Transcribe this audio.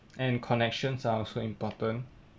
and connections are also important